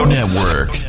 Network